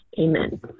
amen